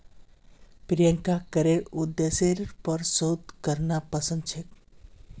प्रियंकाक करेर उद्देश्येर पर शोध करना पसंद छेक